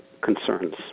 concerns